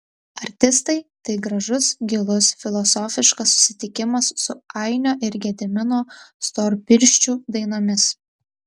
artistai tai gražus gilus filosofiškas susitikimas su ainio ir gedimino storpirščių dainomis